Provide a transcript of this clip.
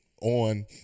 On